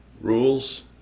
rules